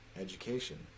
education